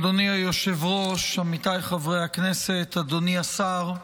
אדוני היושב-ראש, עמיתיי חברי הכנסת, אדוני השר,